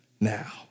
now